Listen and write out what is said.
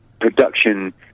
production